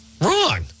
Wrong